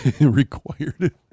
Required